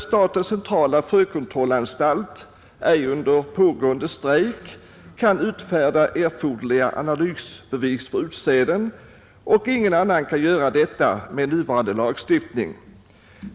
Statens centrala frökontrollanstalt kan under pågående strejk inte utfärda erforderliga analysbevis för utsäden, och ingen annan kan heller göra detta med nuvarande lagstiftning.